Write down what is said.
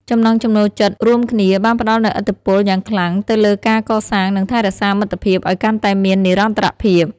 ចំណង់ចំណូលចិត្តរួមគ្នាបានផ្តល់នូវឥទ្ធិពលយ៉ាងខ្លាំងទៅលើការកសាងនិងថែរក្សាមិត្តភាពឲ្យកាន់តែមាននិរន្តរភាព។